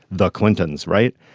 the clintons right.